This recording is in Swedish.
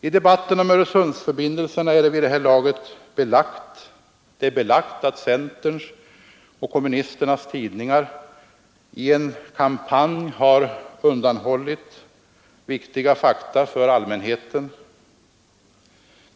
I debatten om Öresundsförbindelserna är det vid det här laget belagt att centerns och kommunisternas tidningar i sina kampanjer har undanhållit viktiga fakta för allmänheten.